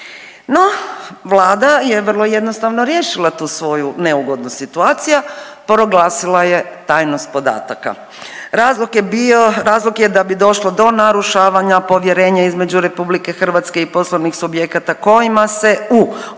No, Vlada je vrlo jednostavno riješila tu svoju neugodnu situaciju. Proglasila je tajnost podataka. Razlog je bio, razlog je da bi došlo do narušavanja povjerenja između Republike Hrvatske i poslovnih subjekata kojima se u